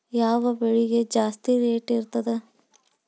ಯಾವ ಬೆಳಿಗೆ ಜಾಸ್ತಿ ರೇಟ್ ಇರ್ತದ?